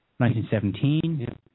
1917